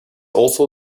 also